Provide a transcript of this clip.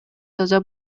таза